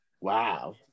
wow